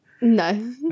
No